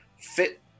fit